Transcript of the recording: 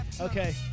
okay